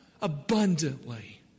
Abundantly